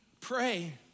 pray